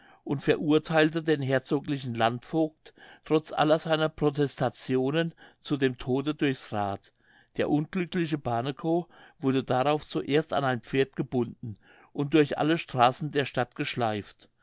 und verurtheilte den herzoglichen landvogt trotz aller seiner protestationen zu dem tode durchs rad der unglückliche barnekow wurde darauf zuerst an ein pferd gebunden und durch alle straßen der stadt geschleift